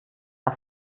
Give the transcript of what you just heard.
das